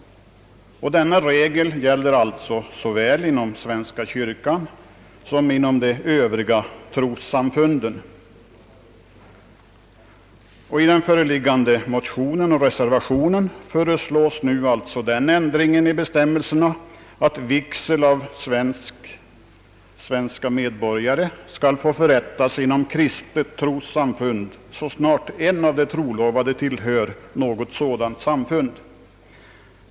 Denna regel gäller alltså såväl inom svenska kyrkan som inom de övriga trossamfunden. I föreliggande motion och reservation föreslås nu den ändringen i bestämmelserna alt vigsel av svenska medborgare skall få förrättas inom kristet trossamfund så snart en av de trolovade tillhör något sådant samfund.